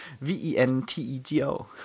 V-E-N-T-E-G-O